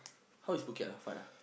how is Phuket ah fun ah